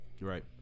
Right